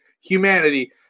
humanity